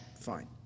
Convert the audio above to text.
Fine